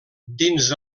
dins